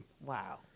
Wow